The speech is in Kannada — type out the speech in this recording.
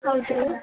ಹೌದಾ ರೀ